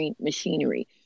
machinery